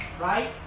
right